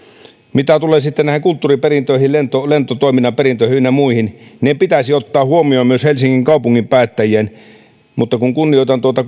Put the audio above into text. mitä tulee sitten näihin kulttuuriperintöihin lentotoiminnan perintöihin ynnä muihin ne pitäisi ottaa huomioon myös helsingin kaupungin päättäjien mutta kun kunnioitan tuota